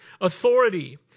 authority